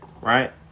Right